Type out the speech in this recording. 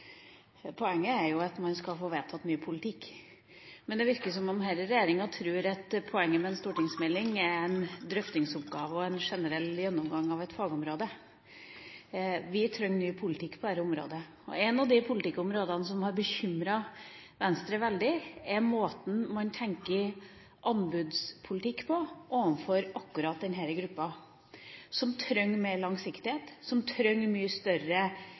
poenget med en stortingsmelding er en drøfting og en generell gjennomgang av et fagområde. Vi trenger ny politikk på dette området. Og ett av de politikkområdene som har bekymret Venstre veldig, er måten man tenker anbudspolitikk på overfor akkurat denne gruppen som trenger mer langsiktighet, som trenger